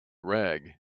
rag